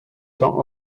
temps